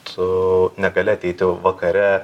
tu negali ateiti vakare